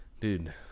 dude